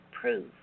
prove